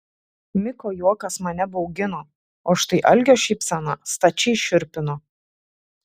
miko juokas mane baugino o štai algio šypsena stačiai šiurpino